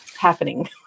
happening